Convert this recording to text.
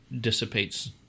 dissipates